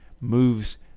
moves